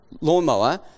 lawnmower